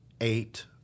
eight